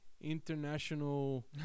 international